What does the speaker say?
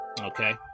Okay